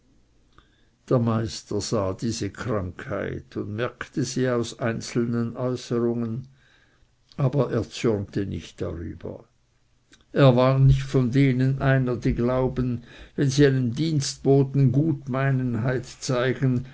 der meister sah diese krankheit und merkte sie aus einzelnen äußerungen aber er zürnte nicht darüber er war nicht von denen einer die glauben wenn sie einem dienstboten gutmeinenheit zeigen